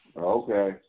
Okay